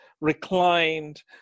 reclined